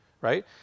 right